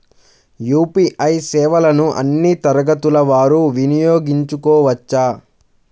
UPI సేవలని అన్నీ తరగతుల వారు వినయోగించుకోవచ్చా?